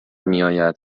میآید